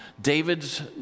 David's